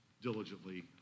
diligently